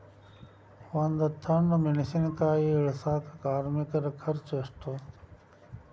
ಒಂದ್ ಟನ್ ಮೆಣಿಸಿನಕಾಯಿ ಇಳಸಾಕ್ ಕಾರ್ಮಿಕರ ಖರ್ಚು ಎಷ್ಟು?